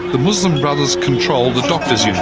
the muslim brothers control the doctors' union.